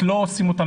לא עושים אותו,